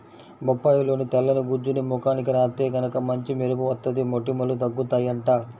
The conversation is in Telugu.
బొప్పాయిలోని తెల్లని గుజ్జుని ముఖానికి రాత్తే గనక మంచి మెరుపు వత్తది, మొటిమలూ తగ్గుతయ్యంట